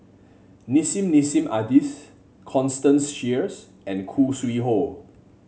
Nissim Nassim Adis Constance Sheares and Khoo Sui Hoe